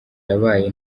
yabaye